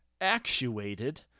actuated